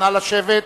נא לשבת.